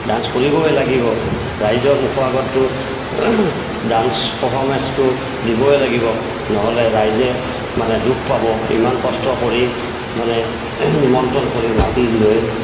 dance কৰিবই লাগিব ৰাইজৰ মুখৰ আগতটো ডান্স পৰফৰ্মেঞ্চটো দিবই লাগিব নহ'লে ৰাইজে মানে দুখ পাব ইমান কষ্ট কৰি মানে নিমন্ত্ৰণ কৰি মাতি লৈ